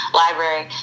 library